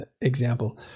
example